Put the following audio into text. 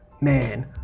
man